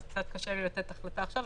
קצת קשה לי לתת החלטה עכשיו.